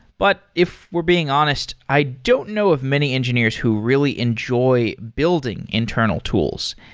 but if we're being honest, i don't know of many engineers who really enjoy building internal tools.